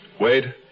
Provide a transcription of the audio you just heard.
Wade